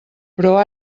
però